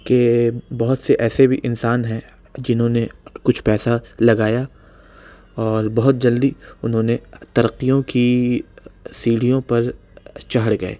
کہ بہت سے ایسے بھی انسان ہیں جنہوں نے کچھ پیسہ لگایا اور بہت جلدی انھوں نے ترقیوں کی سیڑھیوں پر چڑھ گئے